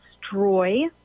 destroy